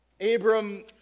Abram